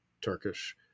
Turkish